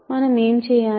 మనం ఏమి చేయాలి